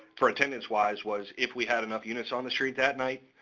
for attendance-wise was if we had enough units on the street that night,